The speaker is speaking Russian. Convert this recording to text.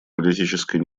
политической